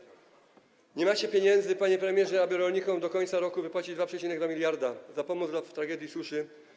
Nie macie pieniędzy, panie premierze, aby rolnikom do końca roku wypłacić 2,2 mld - pomoc po tragedii suszy.